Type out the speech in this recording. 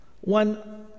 one